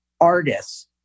artists